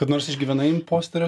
kada nors išgyvenai imposterio